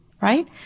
Right